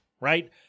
right